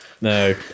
No